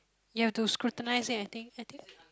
ya to scrutinise it I think I think